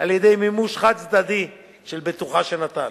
על-ידי מימוש חד-צדדי של בטוחה שנטל.